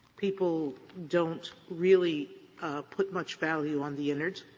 people don't really put much value on the unit.